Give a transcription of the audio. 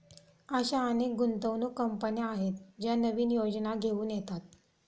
अशा अनेक गुंतवणूक कंपन्या आहेत ज्या नवीन योजना घेऊन येतात